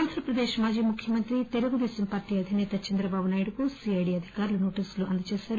ఆంధ్రప్రదేక్ మాజీ ముఖ్యమంత్రి తెలుగు దేశం పార్లీ అధినేత చంద్రబాబు నాయుడుకు సీ ఐ డీ అధికారులు నోటీసులు అందచేశారు